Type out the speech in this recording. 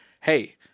hey